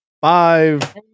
five